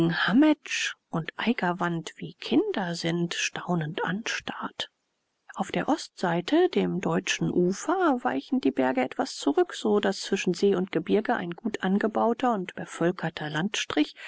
und eigerwand wie kinder sind staunend anstarrt auf der ostseite dem deutschen ufer weichen die berge etwas zurück so daß zwischen see und gebirge ein gut angebauter und bevölkerter landstrich